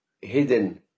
hidden